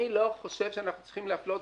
אני לא חושב שאנחנו צריכים להפלות,